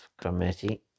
committee